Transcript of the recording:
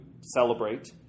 celebrate